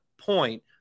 point